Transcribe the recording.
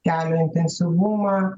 kelio intensyvumą